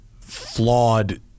flawed